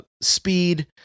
speed